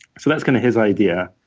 so that's kind of his idea,